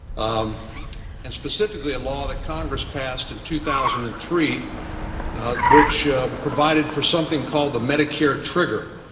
um and specifically a law that congress passed in two thousand and three which provided for something called the medicare trigger.